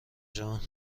جان